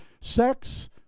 sex